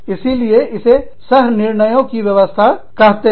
इसीलिए इसे सह निर्णयों की व्यवस्था कहते हैं